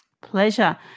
Pleasure